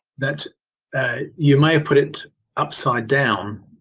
that you may have put it upside down